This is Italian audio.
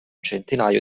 centinaio